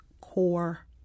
core